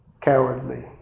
cowardly